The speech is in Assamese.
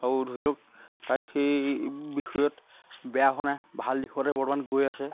আৰু ধৰি লওক তাই সেই বিষয়ত বেয়া হোৱা নাই ভাল দিশতে বৰ্তমান গৈ আছে